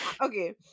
okay